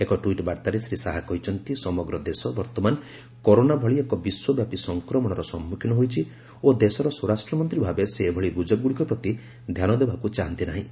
ଏକ ଟ୍ସିଟ୍ ବାର୍ତ୍ତାରେ ଶ୍ରୀ ଶାହା କହିଛନ୍ତି ସମଗ୍ର ଦେଶ ବର୍ତ୍ତମାନ କରୋନା ଭଳି ଏକ ବିଶ୍ୱବ୍ୟାପି ସଂକ୍ରମଣର ସମ୍ମୁଖୀନ ହୋଇଛି ଓ ଦେଶର ସ୍ୱରାଷ୍ଟ୍ର ମନ୍ତ୍ରୀ ଭାବେ ସେ ଏଭଳି ଗୁଜବଗୁଡ଼ିକ ପ୍ରତି ଧ୍ୟାନ ଦେବାକୁ ଚାହାନ୍ତି ନାହିଁ